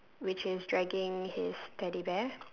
which is dragging his teddy bear